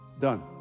done